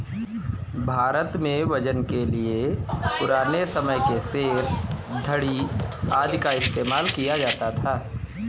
भारत में वजन के लिए पुराने समय के सेर, धडी़ आदि का इस्तेमाल किया जाता था